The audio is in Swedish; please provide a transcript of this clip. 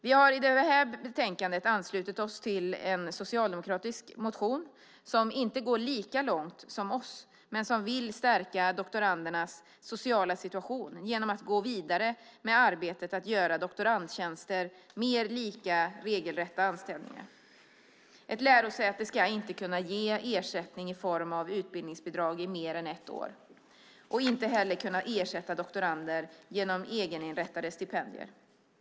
Vi har i det här betänkandet anslutit oss till en socialdemokratisk motion, som inte går lika långt som vi vill men som vill stärka doktorandernas sociala situation genom att gå vidare med arbetet att göra doktorandtjänster mer lika regelrätta anställningar. Ett lärosäte ska inte kunna ge ersättning i form av utbildningsbidrag i mer än ett år och inte heller kunna ersätta doktorander genom egeninrättade stipendier.